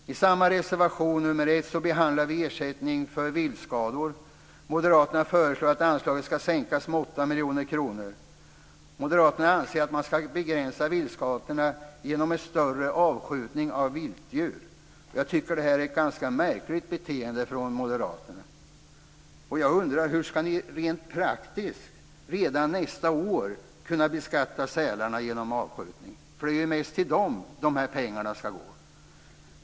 I samma reservation 1 behandlas ersättning för viltskador. Moderaterna föreslår att anslaget ska sänkas med 8 miljoner kronor. Moderaterna anser att man ska begränsa viltskadorna genom en större avskjutning av viltdjur. Jag tycker att det här är ett ganska märkligt beteende från moderaterna. Jag undrar hur ni rent praktiskt redan nästan år ska kunna beskatta sälarna genom avskjutning. Det är ju mest till det de här pengarna ska gå.